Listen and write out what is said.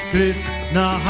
Krishna